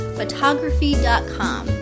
photography.com